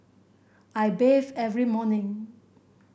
I bathe every morning